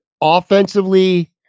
offensively